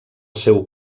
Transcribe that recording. seu